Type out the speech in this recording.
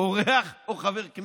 אורח או חבר כנסת.